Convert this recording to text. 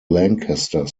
lancaster